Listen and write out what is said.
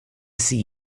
see